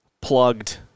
plugged